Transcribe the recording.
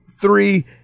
three